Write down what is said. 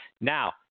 Now